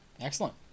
Excellent